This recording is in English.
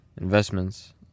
investments